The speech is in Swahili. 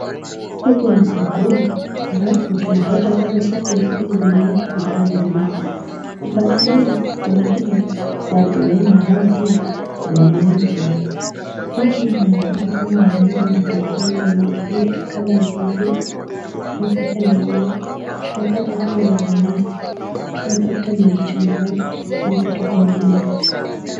Huku ni sokoni ambapo tunapata kwamba soko hili limeweka vibanda vingi, vibanda hivi kunakuwa na wauzaji wengi ambao pia ni wanawake, hata hivyo unapata kama wanauza vitu aina mingi mingi kama ndizi, unapata nyanya, utapata pia mananasi, utapata machungwa na vitu vingine.